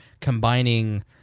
combining